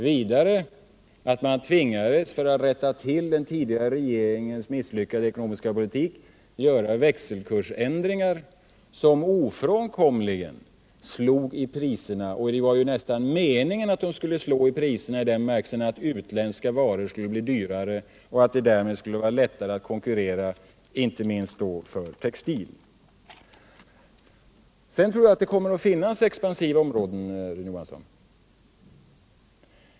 Vidare berodde de på att man tvingades, för att rätta till den tidigare regeringens misslyckade ekonomiska politik, göra växelkursändringar som ofrånkomligen gav utslag i priserna. Det var nästan meningen att de skulle göra det, i den bemärkelsen att utländska varor skulle bli dyrare och 79 att det därmed skulle vara lättare att konkurrera, inte minst för svensk textilindustri. Sedan tror jag att det kommer att finnas expansiva områden, Rune Johansson.